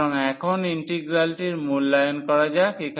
সুতরাং এখন এই ইন্টিগ্রালটির মূল্যায়ন করা যাক